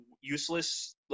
useless